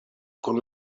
kun